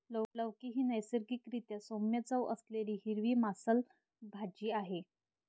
लौकी ही नैसर्गिक रीत्या सौम्य चव असलेली हिरवी मांसल भाजी आहे